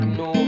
no